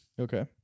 Okay